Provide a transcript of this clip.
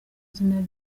izina